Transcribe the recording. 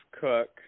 cook